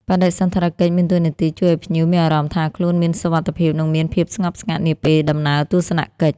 បដិសណ្ឋារកិច្ចមានតួនាទីជួយឲ្យភ្ញៀវមានអារម្មណ៍ថាខ្លួនមានសុវត្ថិភាពនិងមានភាពស្ងប់ស្ងាត់នាពេលដំណើរទស្សនកិច្ច។